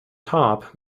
top